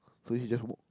so he just walk